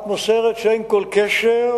את מוסרת שאין כל קשר,